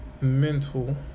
mental